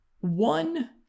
one